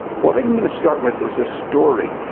what i'm going to start with is a story,